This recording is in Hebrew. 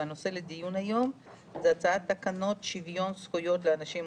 והנושא לדיון היום הוא הצעת תקנות שוויון זכויות לאנשים עם